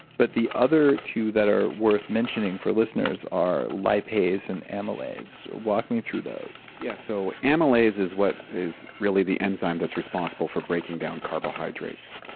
but the other two that are worth mentioning for listeners are lipase and amylase, walk me through those yes. so, amylase is what is really the enzyme that's responsible for breaking down carbohydrates.